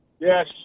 Yes